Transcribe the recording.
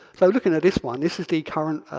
so looking at this one, this is the current